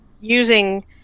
using